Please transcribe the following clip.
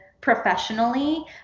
professionally